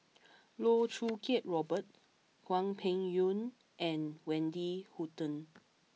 Loh Choo Kiat Robert Hwang Peng Yuan and Wendy Hutton